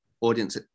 audience